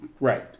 Right